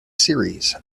series